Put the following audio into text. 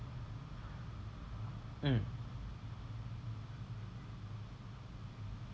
mm